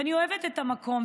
ואני אוהבת את המקום,